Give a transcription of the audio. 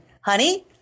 honey